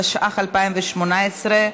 התשע"ח 2018,